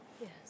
Yes